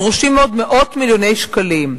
דרושים עוד מאות מיליוני שקלים.